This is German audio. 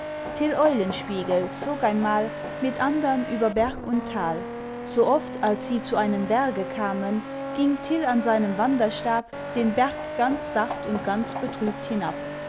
eulenspiegel zog einmal mit andern über berg und tal sooft als sie zu einem berge kamen ging till an seinem wanderstab den berg ganz sacht und ganz betrübt hinab